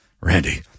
Randy